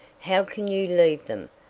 how can you leave them,